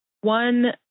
One